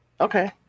Okay